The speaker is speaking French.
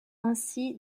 ainsi